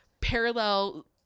parallel